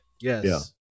Yes